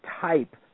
type